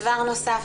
דבר נוסף,